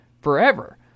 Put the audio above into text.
forever